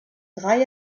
drei